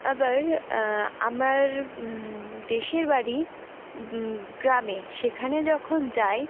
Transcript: আবার আমার দেশের বাড়ি গ্রামে সেখানে যখন যাই